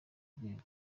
rwego